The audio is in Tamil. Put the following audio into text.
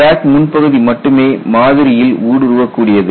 கிராக் முன் பகுதி மட்டுமே மாதிரியில் ஊடுருவக் கூடியது